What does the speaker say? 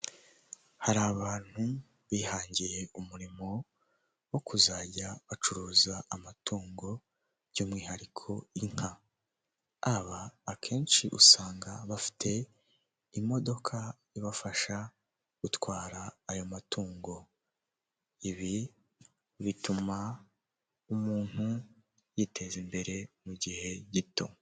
Hari abantu bihangiye umurimo wo kuzajya bacuruza amatungo by'umwihariko inka, aba akenshi usanga bafite imodoka ibafasha gutwara ayo matungo. Ibi bituma umuntu yiteza imbere mu gihe gito.